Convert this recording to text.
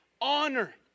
honor